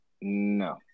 No